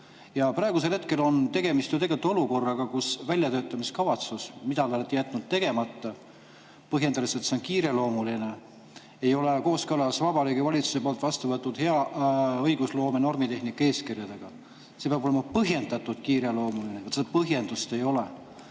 Praegusel hetkel on tegemist ju olukorraga, kus väljatöötamiskavatsus on jäetud tegemata, põhjendades, et asi on kiireloomuline, See ei ole kooskõlas Vabariigi Valitsuse poolt vastu võetud hea õigusloome normitehnika eeskirjaga. Eelnõu peaks olema põhjendatult kiireloomuline, aga seda põhjendust ei ole.